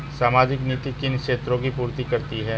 सामाजिक नीति किन क्षेत्रों की पूर्ति करती है?